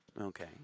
Okay